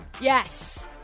Yes